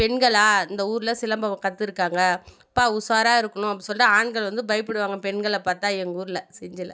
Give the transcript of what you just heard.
பெண்களா இந்த ஊரில் சிலம்பம் கற்றுருக்காங்க அப்போ உஷாரா இருக்கணும் அப்படி சொல்லிட்டு ஆண்கள் வந்து பயப்படுவாங்க பெண்களை பார்த்தா எங்கள் ஊரில் செஞ்சியில்